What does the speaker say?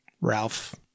Ralph